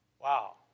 Wow